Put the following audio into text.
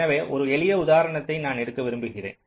எனவே ஒரு எளிய உதாரணத்தை நான் எடுக்க விரும்புகிறேன்